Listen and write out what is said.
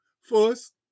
First